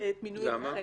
מינוי המומחה.